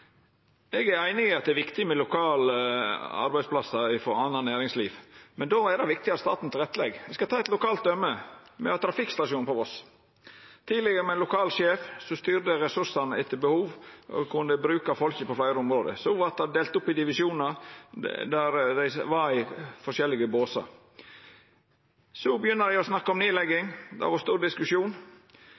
Eg er einig i at det er viktig med lokale arbeidsplassar i anna næringsliv, men då er det viktig at staten legg til rette. Eg skal ta eit lokalt døme med trafikkstasjonen på Voss. Tidlegare var det lokal sjef som styrte ressursane etter behov og kunne bruka folka på fleire område. Det vart delt opp i divisjonar der dei var i forskjellige båsar. Så begynner dei å snakka om nedlegging. Det var stor diskusjon.